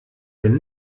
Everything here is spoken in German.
wenn